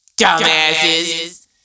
Dumbasses